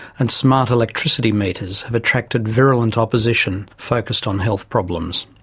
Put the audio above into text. and smart electricity meters have attracted virulent opposition focused on health problems.